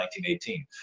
1918